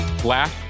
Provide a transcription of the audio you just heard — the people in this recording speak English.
Black